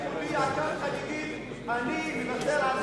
אני מודיע חגיגית: אני מוותר על שתיים,